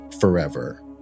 forever